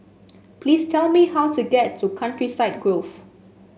please tell me how to get to Countryside Grove